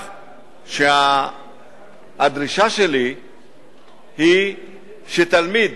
הדרישה שלי היא שתלמיד